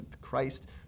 Christ